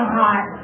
hot